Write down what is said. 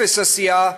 אפס עשייה,